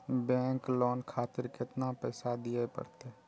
Bank loan खातीर केतना पैसा दीये परतें?